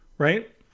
Right